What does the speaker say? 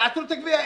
יעצרו את הגבייה.